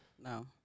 no